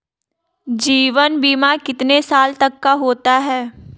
जीवन बीमा कितने साल तक का होता है?